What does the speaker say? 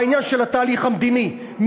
בעניין של התהליך המדיני,